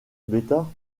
bêta